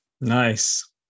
Nice